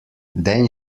then